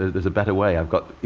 there's a better way. i've got, you